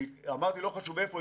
כשאמרתי: לא חשוב איפה,